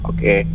Okay